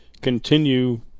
continue